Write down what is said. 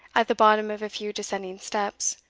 at the bottom of a few descending steps,